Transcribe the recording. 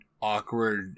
Awkward